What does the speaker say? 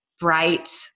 bright